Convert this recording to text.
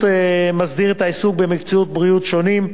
מסדיר את העיסוק במקצועות בריאות שונים.